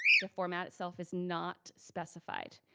the format itself is not specified.